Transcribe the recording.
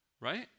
right